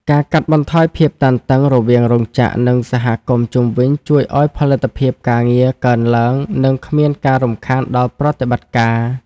ការកាត់បន្ថយភាពតានតឹងរវាងរោងចក្រ និងសហគមន៍ជុំវិញ ជួយឱ្យផលិតភាពការងារកើនឡើង និងគ្មានការរំខានដល់ប្រតិបត្តិការ។